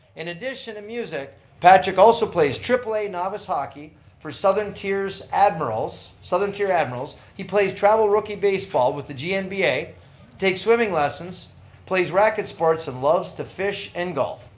in addition to music patrick also plays aaa novice hockey for southern tiers admirals, southern tier admirals. he plays travel rookie baseball with the yeah ah gnba. takes swimming lessons plays racquet sports and loves to fish and golf.